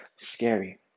scary